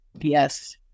Yes